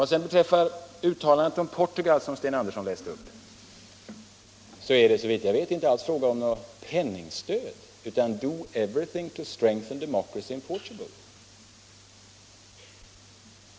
Vad sedan beträffar det uttalande om Portugal som Sten Andersson läste upp så är det inte alls fråga om något penningstöd, utan de ord som där används är: do everything to strengthen the democracy in Portugal.